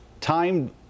time